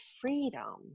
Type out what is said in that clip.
freedom